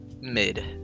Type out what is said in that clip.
mid